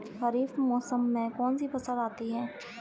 खरीफ मौसम में कौनसी फसल आती हैं?